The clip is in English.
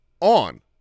on